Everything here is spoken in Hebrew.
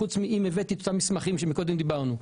חוץ מזה שאם הבאתי את המסמכים שקודם דיברנו עליהם.